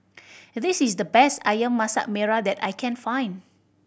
this is the best Ayam Masak Merah that I can find